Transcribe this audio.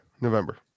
november